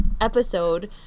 episode